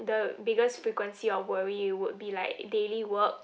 the biggest frequency of worry would be like daily work